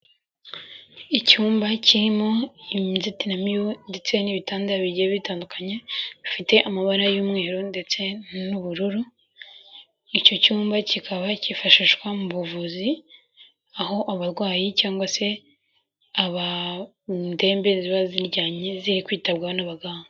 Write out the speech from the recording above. Icyumba kirimo inzitiramibu ndetse n'ibitanda bigiye bitandukanye bifite amabara y'umweru ndetse n'ubururu icyo cyumba kikaba cyifashishwa mu buvuzi aho abarwayi cyangwa se aba indembe ziba ziryamye ziri kwitabwaho n'abaganga.